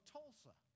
Tulsa